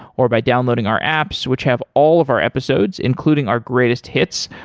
or by downloading our apps, which have all of our episodes including our greatest hits.